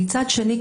מצד שני,